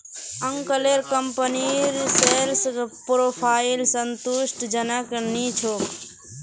अंकलेर कंपनीर sales profile संतुष्टिजनक नी छोक